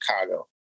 Chicago